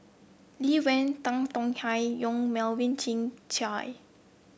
Lee Wen Tan Tong Hye Yong Melvin Chye